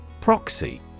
Proxy